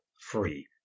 free